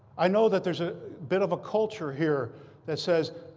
i know that there's a bit of a culture here that says,